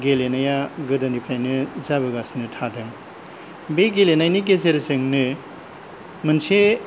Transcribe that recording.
गेलेनाया गोदोनिफ्रायनो जाबोगासिनो थादों बे गेलेनायनि गेजेरजोंनो मोनसे